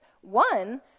one